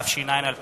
התש"ע 2009,